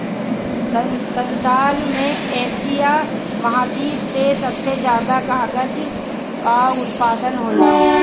संसार में एशिया महाद्वीप से सबसे ज्यादा कागल कअ उत्पादन होला